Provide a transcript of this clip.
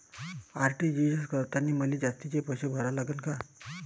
RTGS करतांनी मले जास्तीचे पैसे भरा लागन का?